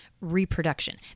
Reproduction